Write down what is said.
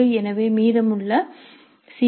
எனவே மீதமுள்ள சி